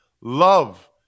Love